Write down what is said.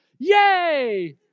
Yay